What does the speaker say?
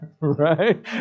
right